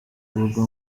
ubwo